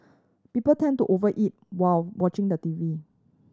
people tend to over eat while watching the T V